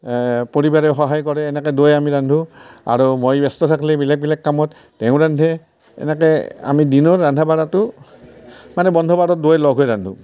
পৰিবাৰে সহায় কৰে এনেকৈ দুয়ে আমি ৰান্ধোঁ আৰু মই বেস্ত থাকিলে বেলেগ বেলেগ কামত তেওঁ ৰান্ধে এনেকৈ আমি দিনৰ ৰান্ধা বাঢ়াটো মানে বন্ধ বাৰত দুয়ে লগ হৈ ৰান্ধোঁ